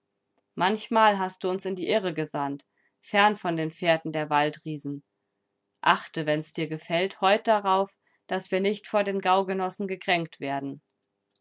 manchmal hast du uns in die irre gesandt fern von den fährten der waldriesen achte wenn dir's gefällt heut darauf daß wir nicht vor den gaugenossen gekränkt werden